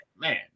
man